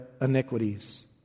iniquities